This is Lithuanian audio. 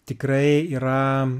tikrai yra